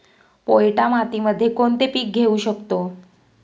पोयटा मातीमध्ये कोणते पीक घेऊ शकतो?